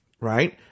Right